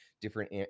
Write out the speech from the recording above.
different